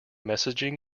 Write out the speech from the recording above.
messaging